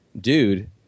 dude